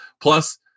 plus